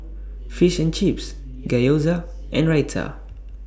Fish and Chips Gyoza and Raita